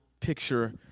picture